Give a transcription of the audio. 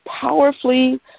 powerfully